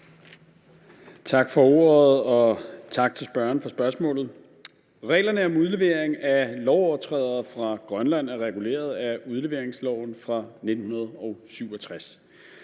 til spørgeren for spørgsmålet. Reglerne om udlevering af lovovertrædere fra Grønland er reguleret af udleveringsloven fra 1967.